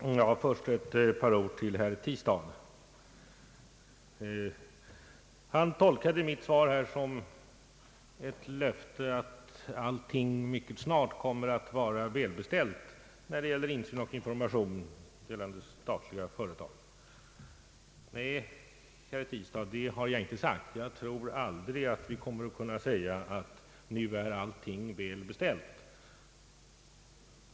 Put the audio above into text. Herr talman! Först vill jag säga ett par ord till herr Tistad. Han tolkade mitt svar här såsom ett löfte att allting mycket snart kommer att vara välbeställt när det gäller insyn i och information om statliga företag. Nej, herr Tistad, det har jag inte sagt. Jag tror aldrig att vi kommer att kunna säga att nu är allt välbeställt.